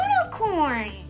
unicorn